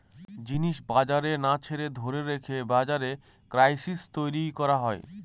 জিনিস বাজারে না ছেড়ে ধরে রেখে বাজারে ক্রাইসিস তৈরী করা হয়